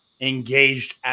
engaged